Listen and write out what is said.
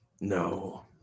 No